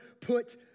put